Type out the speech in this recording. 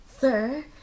sir